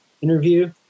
interview